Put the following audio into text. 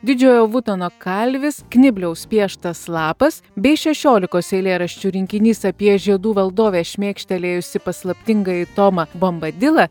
didžiojo vutono kalvis knibliaus pieštas lapas bei šešiolikos eilėraščių rinkinys apie žiedų valdove šmėkštelėjusį paslaptingąjį tomą bombadilą